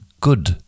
good